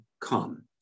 come